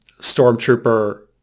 stormtrooper